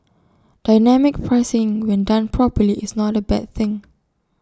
dynamic pricing when done properly is not A bad thing